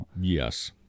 Yes